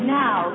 now